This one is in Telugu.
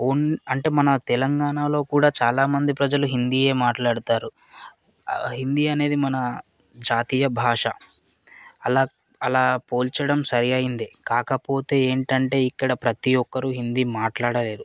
అంటే మన తెలంగాణలో కూడా చాలామంది ప్రజలు హిందీయే మాట్లాడుతారు హిందీ అనేది మన జాతీయ భాష అలా అలా పోల్చడం సరి అయ్యిందే కాకపోతే ఏంటంటే ఇక్కడ ప్రతి ఒక్కరు హిందీ మాట్లాడలేదు